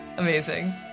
Amazing